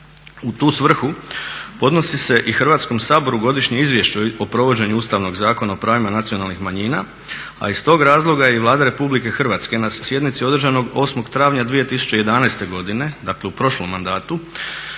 U tu svrhu podnosi i Hrvatskom saboru godišnje izvješće o provođenju Ustavnog zakona o pravima nacionalnih manjina, a iz tog razloga je i Vlada Republike Hrvatske na sjednici održanoj 8. travnja 2011. godine, dakle u prošlom mandatu